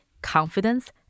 confidence